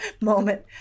moment